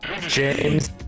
James